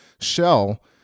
shell